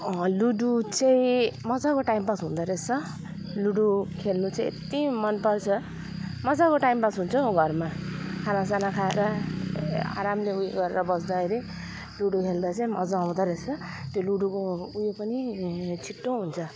ludo चाहिँ मजाको time pass हुँदो रहेछ लुडो खेल्नु चाहिँ यत्ति मनपर्छ मजाको टाइम पास हुन्छ हौ घरमा खानासाना खाएर आरामले ऊ यो गरेर बस्दाखेरि लुडो खेल्दा चाहिँ मजा आउँदो रहेछ त्यो लुडोको ऊ यो पनि छिटो हुन्छ